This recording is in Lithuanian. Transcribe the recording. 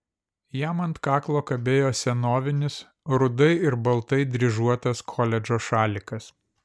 jam ant kaklo kabėjo senovinis rudai ir baltai dryžuotas koledžo šalikas